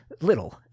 little